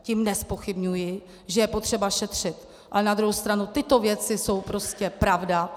Tím nezpochybňuji, že je potřeba šetřit, ale na druhou stranu tyto věci jsou prostě pravda.